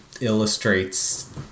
illustrates